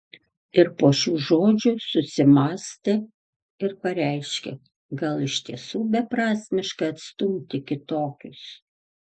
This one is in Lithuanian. ir po šių žodžių susimąstė ir pareiškė gal iš tiesų beprasmiška atstumti kitokius